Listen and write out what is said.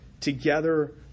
together